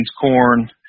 corn